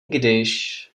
když